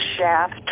shaft